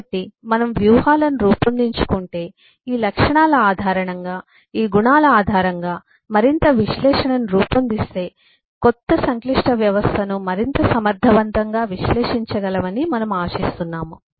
కాబట్టి మనము వ్యూహాలను రూపొందించుకుంటే ఈ లక్షణాల ఆధారంగా ఈ గుణాల ఆధారంగా మరింత విశ్లేషణను రూపొందిస్తే కొత్త సంక్లిష్ట వ్యవస్థను మరింత సమర్థవంతంగా విశ్లేషించగలమని మనము ఆశిస్తున్నాము